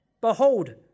behold